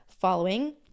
following